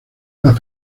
las